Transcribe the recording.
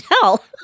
tell